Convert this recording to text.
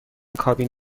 کابین